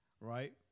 right